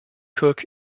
cook